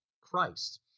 Christ